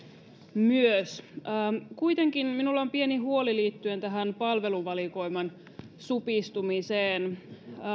myös ammattikorkeakouluopiskelijoille kuitenkin minulla on pieni huoli liittyen tähän palveluvalikoiman supistumiseen